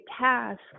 task